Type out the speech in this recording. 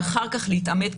ואחר כך להתאמת,